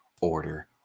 order